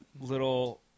little